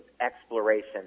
exploration